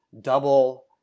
double